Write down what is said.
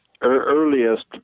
earliest